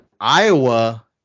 Iowa